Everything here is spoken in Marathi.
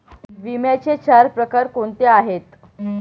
विम्याचे चार प्रकार कोणते आहेत?